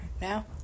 Now